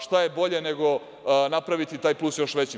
Šta je bolje nego napraviti taj plus još većim?